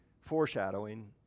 foreshadowing